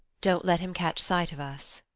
don't let him catch sight of us.